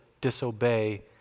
disobey